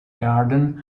garden